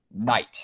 night